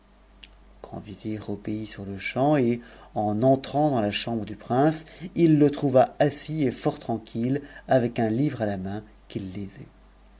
vizir obéit sur-le-champ et en entrant dans la chambre du prince il le trouva assis et fort tranquille avec un livre à la maiu qu'j